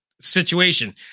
situation